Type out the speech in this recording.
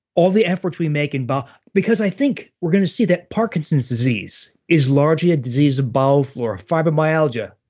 all the efforts we make in. but because i think we're going to see that parkinson's disease is largely a disease of bowel flora. fibromyalgia,